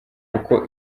uko